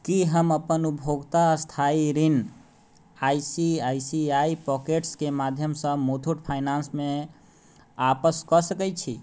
की हम अपन उपभोक्ता स्थायी ऋण I C I C I पॉकेट्सके माध्यमसँ मुथूट फाइनेंसमे वापस कऽ सकै छी